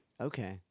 Okay